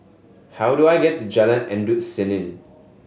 how do I get to Jalan Endut Senin